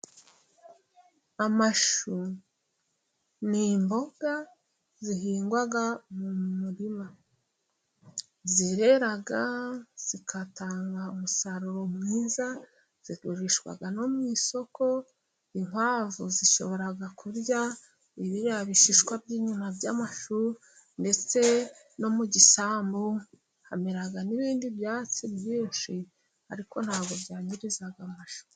Amashu ni imboga zihingwa mu murima, zirera zigatanga umusaruro mwiza zigurishwa no mu isoko, inkwavu zishobora kurya biriya bishishwa by'inyuma by'amashu, ndetse no mu gisambu hamera n'ibindi byatsi byinshi ariko ntabwo byangiriza amashu.